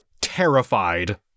terrified